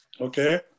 Okay